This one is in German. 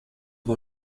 war